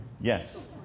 Yes